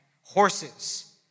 horses